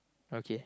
okay